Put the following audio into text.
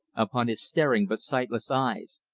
upon his staring but sightless eyes,